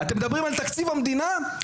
שנכנסים למסגרת ומקבלים הלם,